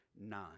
nine